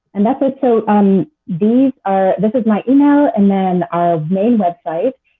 and that's it. so um these are this is my email, and then our main website,